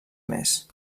més